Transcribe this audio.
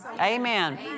Amen